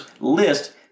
list